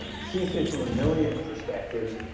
um it seems to me from a millian perspective,